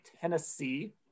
Tennessee